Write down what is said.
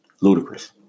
ludicrous